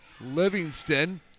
Livingston